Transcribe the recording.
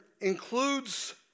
includes